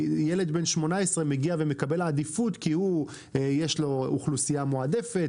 ילד בן 18 מגיע ומקבל עדיפות כי הוא מאוכלוסייה מועדפת,